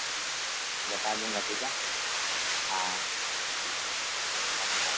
बता दूंगा ठीक है हाँ ठीक है धन्यवाद